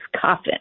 coffin